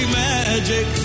magic